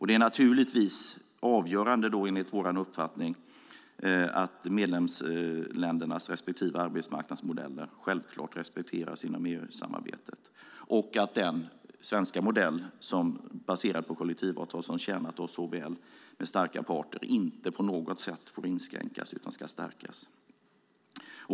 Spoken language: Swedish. Det är enligt vår uppfattning avgörande och självklart att medlemsländernas respektive arbetsmarknadsmodell respekteras inom EU-samarbetet. Den svenska modell baserad på kollektivavtal mellan starka parter som har tjänat oss så väl får inte på något sätt inskränkas, utan ska stärkas.